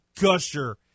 Gusher